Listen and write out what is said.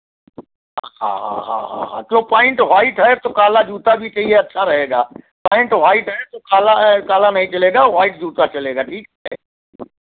हाँ हाँ हाँ हाँ जो पैंट व्हाइट है तो काला जूता भी चाहिए अच्छा रहेगा पैंट व्हाइट है तो काला काला नहीं चलेगा व्हाइट जूता चलेगा ठीक है